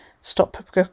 stop